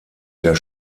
der